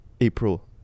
April